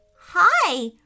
Hi